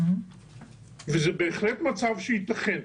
וזה בהחלט מצב שייתכן.